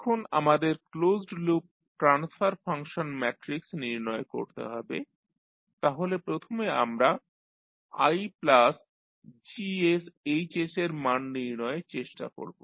এখন আমাদের closed loop transfer function matrix নির্ণয় করতে হবে তাহলে প্রথমে আমরা IGsHs এর মান নির্ণয়ের চেষ্টা করব